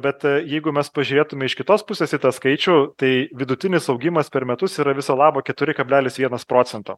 bet jeigu mes pažiūrėtume iš kitos pusės į tą skaičių tai vidutinis augimas per metus yra viso labo keturi kablelis vienas procento